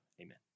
Amen